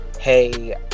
Hey